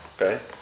Okay